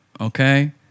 Okay